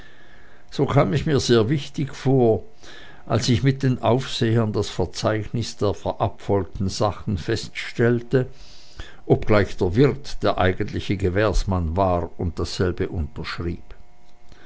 so kam ich mir sehr wichtig vor als ich mit den aufsehern das verzeichnis der verabfolgten sachen feststellte obgleich der wirt der eigentliche gewährsmann war und dasselbe unterschrieb